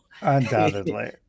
undoubtedly